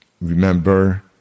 Remember